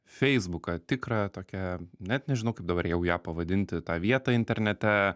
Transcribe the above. feisbuką tikrą tokią net nežinau kaip dabar jau ją pavadinti tą vietą internete